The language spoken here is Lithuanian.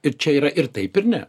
ir čia yra ir taip ir ne